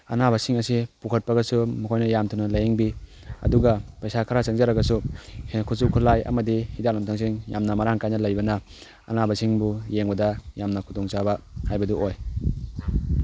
ꯑꯅꯥꯕꯁꯤꯡ ꯑꯁꯦ ꯄꯨꯈꯠꯄꯒꯁꯨ ꯃꯈꯣꯏꯅ ꯌꯥꯝ ꯊꯨꯅꯁꯨ ꯂꯥꯏꯌꯦꯡꯕꯤ ꯑꯗꯨꯒ ꯄꯩꯁꯥ ꯈꯔ ꯆꯪꯖꯔꯒꯁꯨ ꯈꯨꯠꯁꯨ ꯈꯨꯠꯂꯥꯏ ꯑꯃꯗꯤ ꯍꯤꯗꯥꯛ ꯂꯥꯡꯊꯛꯁꯤꯡ ꯌꯥꯝꯅ ꯃꯔꯥꯡ ꯀꯥꯏꯅ ꯂꯩꯕꯅ ꯑꯅꯥꯕꯁꯤꯡꯕꯨ ꯌꯦꯡꯕꯗ ꯌꯥꯝꯅ ꯈꯨꯗꯣꯡꯆꯥꯕ ꯍꯥꯏꯕꯗꯨ ꯑꯣꯏ